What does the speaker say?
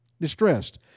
Distressed